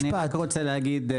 אני רק רוצה להגיד,